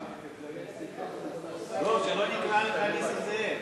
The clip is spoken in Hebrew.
נסים זאב.